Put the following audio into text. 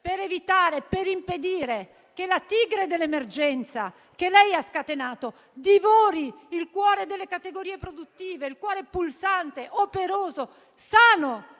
per evitare, per impedire che la tigre dell'emergenza che lei ha scatenato divori il cuore delle categorie produttive, il cuore pulsante, operoso, sano